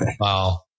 Wow